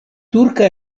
turka